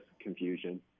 confusion